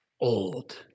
Old